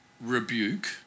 rebuke